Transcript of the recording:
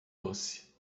doce